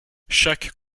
chaque